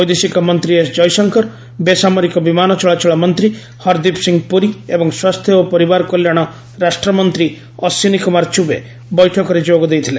ବୈଦେଶିକ ମନ୍ତ୍ରୀ ଏସ୍ ଜୟଶଙ୍କର ବେସାମରିକ ବିମାନ ଚଳାଚଳ ମନ୍ତ୍ରୀ ହରଦୀପ ସିଂହ ପୁରୀ ଏବଂ ସ୍ୱାସ୍ଥ୍ୟ ଓ ପରିବାର କଲ୍ୟାଣ ରାଷ୍ଟ୍ରମନ୍ତ୍ରୀ ଅଶ୍ୱିନୀ କୁମାର ଚୁବେ ବୈଠକରେ ଯୋଗ ଦେଇଥିଲେ